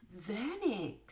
Vernix